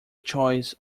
choice